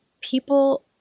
people